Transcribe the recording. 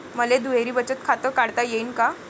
मले दुहेरी बचत खातं काढता येईन का?